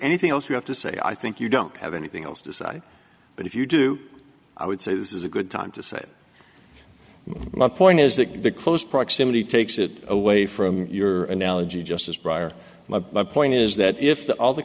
anything else you have to say i think you don't have anything else to say but if you do i would say this is a good time to say it my point is that the close proximity takes it away from your analogy just as briar my point is that if the all the